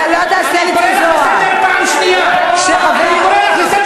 אני מנצל את סמכותי כיושב-ראש כדי לשים